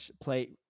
play